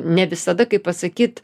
ne visada kaip pasakyt